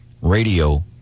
radio